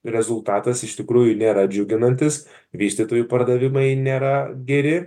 rezultatas iš tikrųjų nėra džiuginantis vystytojų pardavimai nėra geri